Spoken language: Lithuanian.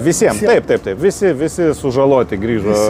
visiem taip taip taip visi visi sužaloti grįžo